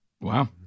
Wow